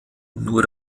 nur